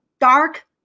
dark